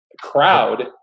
crowd